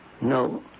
No